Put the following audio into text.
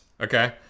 okay